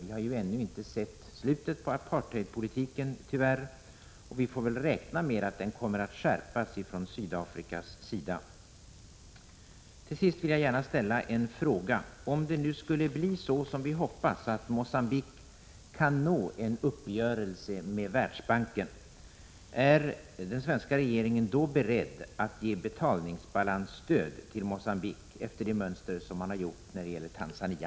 Vi har ju tyvärr ännu inte sett slutet på apartheidpolitiken, och vi får räkna med att den kommer att skärpas från Sydafrikas sida. Till sist vill jag gärna ställa en fråga. Om det nu skulle bli så som vi hoppas, att Mogambique kan nå en uppgörelse med Internationella valutafonden, är den svenska regeringen då beredd att ge betalningsbalansstöd till Mogambique efter det mönster som tillämpats när det gäller Tanzania?